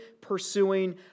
pursuing